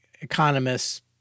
economists